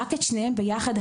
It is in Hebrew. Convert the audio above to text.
רק את שניהם ביחד.